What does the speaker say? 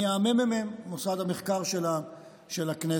מהממ"מ, מוסד המחקר של הכנסת.